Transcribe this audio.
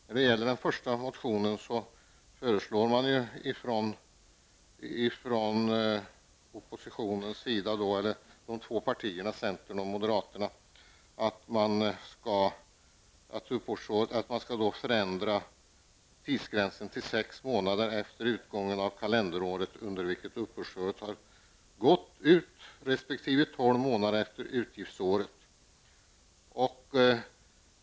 När det gäller den första reservationen föreslår centern och moderaterna nämligen nämligen att man skall ändra tidsgränserna till sex månader efter utgången av det kalenderår under vilket uppbördsåret har gått ut resp. tolv månader efter utgiftsåret.